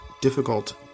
difficult